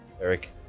Eric